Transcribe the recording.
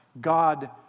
god